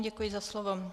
Děkuji za slovo.